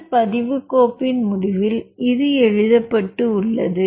இந்த பதிவு கோப்பின் முடிவில் இது எழுதப்பட்டுள்ளது